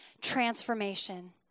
transformation